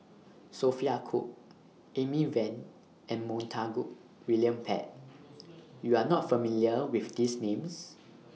Sophia Cooke Amy Van and Montague William Pett YOU Are not familiar with These Names